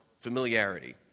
familiarity